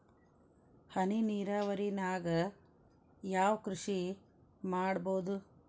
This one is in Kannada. ಹನಿ ನೇರಾವರಿ ನಾಗ್ ಯಾವ್ ಕೃಷಿ ಮಾಡ್ಬೋದು?